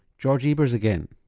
george ebers again.